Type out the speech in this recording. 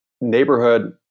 neighborhood